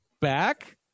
back